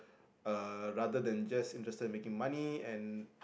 uh rather than just interested in making money and